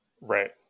right